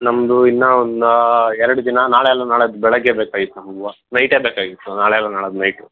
ನಮ್ಮದು ಇನ್ನೂ ಒಂದು ಎರಡು ದಿನ ನಾಳೆ ಅಲ್ಲ ನಾಡಿದ್ ಬೆಳಗ್ಗೆ ಬೇಕಾಗಿತ್ತು ನಮಗೆ ಹೂವ ನೈಟೇ ಬೇಕಾಗಿತ್ತು ನಾಳೆ ಅಲ್ಲ ನಾಡಿದ್ ನೈಟು